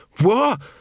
What